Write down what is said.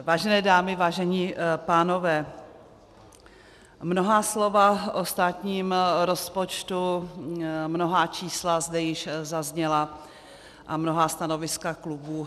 Vážené dámy, vážení pánové, mnohá slova o státním rozpočtu, mnohá čísla zde již zazněla a mnohá stanoviska klubů.